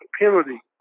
penalty